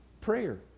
prayer